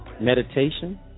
Meditation